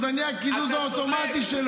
-- ואמרתי קדיש לעילוי נשמתו.